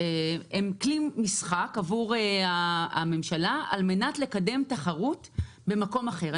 הם כלי משחק עבור הממשלה על מנת לקדם תחרות במקום אחר.